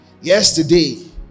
yesterday